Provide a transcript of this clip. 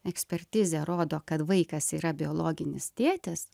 ekspertizė rodo kad vaikas yra biologinis tėtis